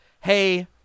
hey –